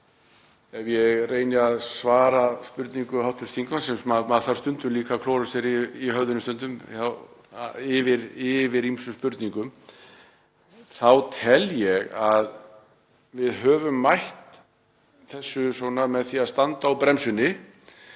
Ef ég reyni að svara spurningu hv. þingmanns, maður þarf líka stundum að klóra sér í höfðinu yfir ýmsum spurningum, þá tel ég að við höfum mætt þessu með því að standa á bremsunni